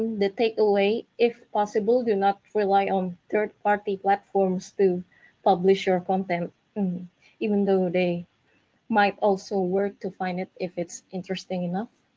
the takeaway, if possible do not rely on third-party platforms to publish your content even though they might also worth to find it if it's interesting enough.